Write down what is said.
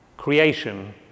creation